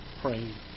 praying